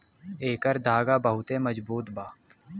एकर धागा बहुते मजबूत बा